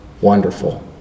wonderful